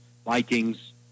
Vikings